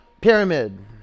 pyramid